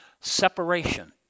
separation